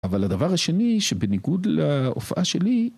אבל הדבר השני, שבניגוד להופעה שלי...